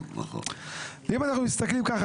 ואם אנחנו מסתכלים ככה,